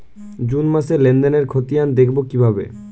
June মাসের লেনদেনের খতিয়ান দেখবো কিভাবে?